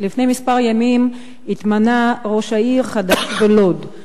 לפני כמה ימים נתמנה ראש עיר חדש בלוד.